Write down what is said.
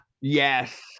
Yes